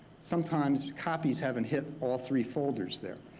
sometimes copies haven't hit all three folders there.